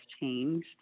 changed